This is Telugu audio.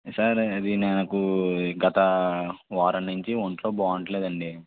సార్ అది నాకు గత వారం నుంచి ఒంట్లో బాగోవడం లెడు అండి